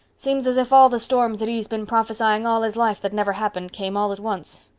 seems as if all the storms that he's been prophesying all his life that never happened came all at once.